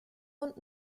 und